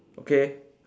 okay